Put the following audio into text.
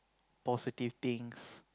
positive things